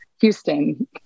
Houston